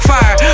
Fire